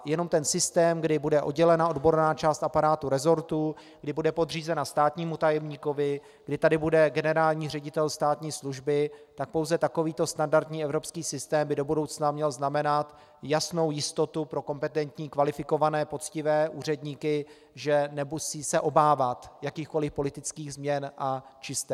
Jenom systém, kdy bude oddělena odborná část aparátu resortu, kdy bude podřízena státnímu tajemníkovi, kdy tady bude generální ředitel státní služby, pouze takovýto standardní evropský systém by do budoucna měl znamenat jasnou jistotu pro kompetentní kvalifikované poctivé úředníky, že se nemusí obávat jakýchkoliv politických změn a čistek.